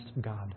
God